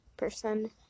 person